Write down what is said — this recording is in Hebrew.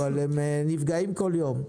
אבל הם נפגעים כל יום.